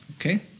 Okay